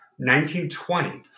1920